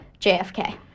JFK